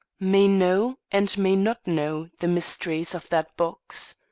may know, and may not know, the mysteries of that box.